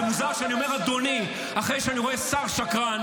זה מוזר שאני אומר "אדוני" אחרי שאני רואה שר שקרן.